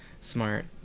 smart